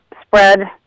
spread